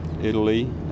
Italy